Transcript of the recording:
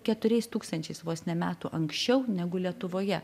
keturiais tūkstančiais vos ne metų anksčiau negu lietuvoje